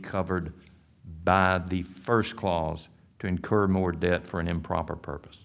covered by the first clause to incur more debt for an improper purpose